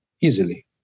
easily